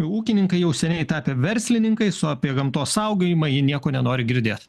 ūkininkai jau seniai tapę verslininkais o apie gamtos saugojimą jie nieko nenori girdėt